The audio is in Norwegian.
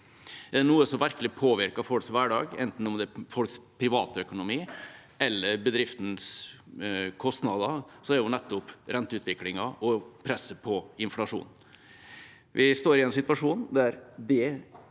Noe som virkelig påvirker folks hverdag, enten det er folks privatøkonomi eller bedriftenes kostnader, er jo nettopp renteutviklingen og presset på inflasjonen. Vi står i en situasjon der det